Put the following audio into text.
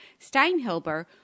Steinhilber